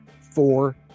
four